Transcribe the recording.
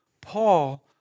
Paul